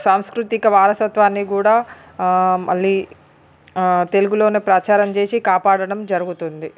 సాంస్కృతిక వారసత్వాన్ని కూడా మళ్ళీ తెలుగులోనే ప్రచారం చేసి కాపాడడం జరుగుతుంది